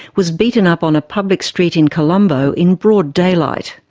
was beaten up on a public street in colombo in broad daylight.